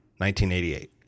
1988